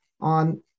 on